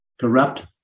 corrupt